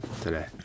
today